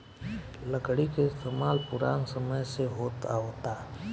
लकड़ी के इस्तमाल पुरान समय से होत आवता